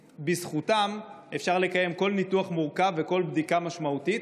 שבזכותם אפשר לקיים כל ניתוח מורכב וכל בדיקה משמעותית,